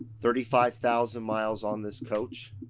thirty five thousand miles on this coach.